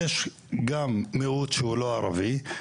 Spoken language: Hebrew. יש גם מיעוט שהוא לא ערבי.